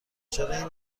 چرا